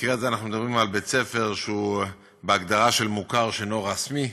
במקרה הזה אנחנו מדברים על בית-ספר שהוא בהגדרה של מוכר שאינו רשמי,